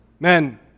Men